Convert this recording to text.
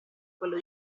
quello